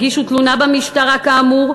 הגישו תלונה במשטרה כאמור,